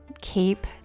Keep